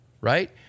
right